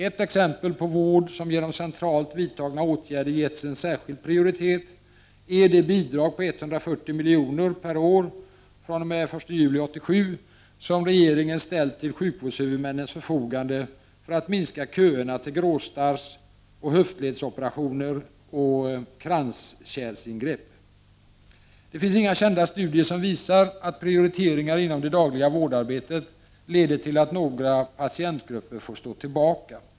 Ett exempel på vård som genom centralt vidtagna åtgärder getts en särskild prioritet är det bidrag på 140 milj.kr. per år fr.o.m. 1 juli 1987 som regeringen ställt till sjukvårdshuvudmännens förfogande för att minska köerna till gråstarrsoch höftledsoperationer samt kranskärlsingrepp. Det finns inga kända studier som visar att prioriteringar inom det dagliga vårdarbetet leder till att några patientgrupper får stå tillbaka.